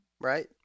right